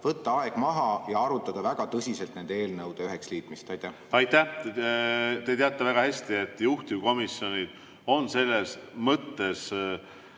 võtta aeg maha ja arutada väga tõsiselt nende eelnõude üheks liitmist? Aitäh! Te teate väga hästi, et juhtivkomisjonid on selles mõttes